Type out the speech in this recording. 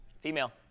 Female